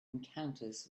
encounters